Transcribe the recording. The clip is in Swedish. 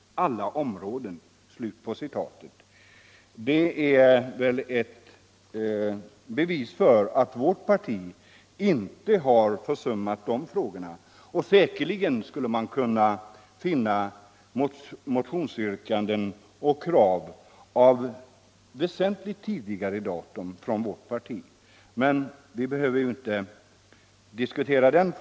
Detta är väl ett bevis för att vårt parti inte har försummat de här frågorna. Säkerligen skulle man kunna finna motionskrav av liknande slag från vårt parti av väsentligt tidigare datum. Men den frågan behöver vi ju inte diskutera nu.